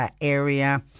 area